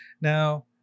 Now